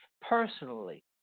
personally